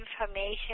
information